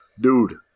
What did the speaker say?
Dude